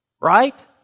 right